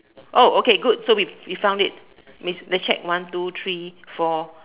oh okay good so we we found it let me check one two three four